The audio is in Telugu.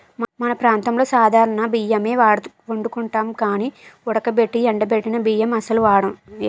మన ప్రాంతంలో సాధారణ బియ్యమే ఒండుకుంటాం గానీ ఉడకబెట్టి ఎండబెట్టిన బియ్యం అస్సలు వాడం